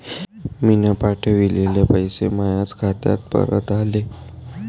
मीन पावठवलेले पैसे मायाच खात्यात परत आले